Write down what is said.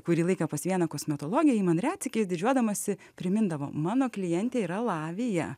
kurį laiką pas vieną kosmetologę ji man retsykiais didžiuodamasi primindavo mano klientė yra lavija